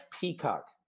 Peacock